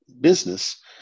business